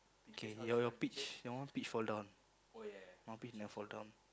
k your your peach your one peach fall down my peach never fall down